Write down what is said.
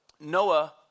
Noah